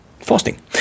fasting